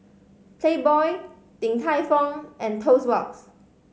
Playboy Din Tai Fung and Toast Box